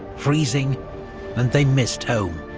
freezing, and they missed home.